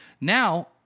Now